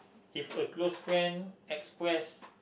if a close friend express